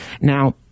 Now